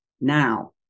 now